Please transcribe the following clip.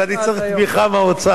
אז אני צריך תמיכה מהאוצר.